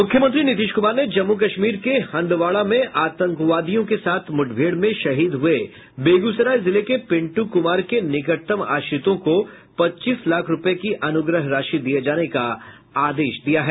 मुख्यमंत्री नीतीश कुमार ने जम्मू कश्मीर के हंदवाड़ा में आतंकवादियों के साथ मुठभेड़ में शहीद हुए बेगूसराय जिले के पिंटू कुमार के निकटतम आश्रितों को पच्चीस लाख रूपये की अनुग्रह राशि दिये जाने का आदेश दिया है